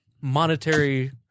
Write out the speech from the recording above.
monetary